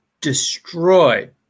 destroyed